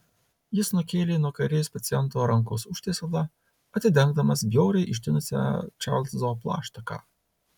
jis nukėlė nuo kairės paciento rankos užtiesalą atidengdamas bjauriai ištinusią čarlzo plaštaką